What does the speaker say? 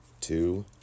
two